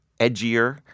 edgier